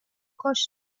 کاش